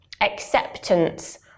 acceptance